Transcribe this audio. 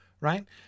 Right